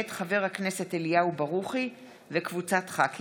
מאת חברי הכנסת אליהו ברוכי, משה גפני,